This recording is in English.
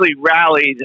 rallied